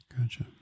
Gotcha